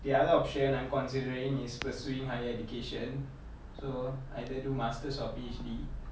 the other option I'm considering is pursuing higher education so either do masters or P_H_D